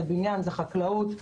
זה מתייחס לעובדים בבניין, בחקלאות,